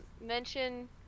mention